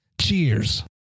Cheers